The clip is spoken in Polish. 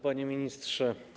Panie Ministrze!